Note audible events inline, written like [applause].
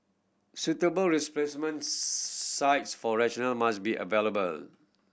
suitable replacement [unintelligible] sites for resident must be available